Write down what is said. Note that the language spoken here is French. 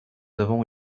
avons